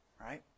Right